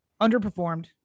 Underperformed